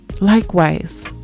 likewise